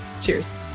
cheers